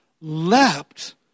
leapt